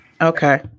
Okay